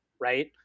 Right